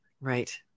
right